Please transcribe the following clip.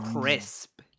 crisp